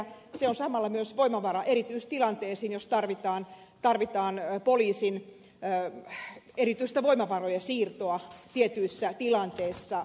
se on samalla myös voimavara erityistilanteissa jos tarvitaan poliisin erityistä voimavarojen siirtoa tietyissä tilanteissa